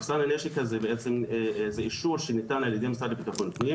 מחסן הנשק הזה בעצם זה אישור שניתן על ידי משרד לביטחון פנים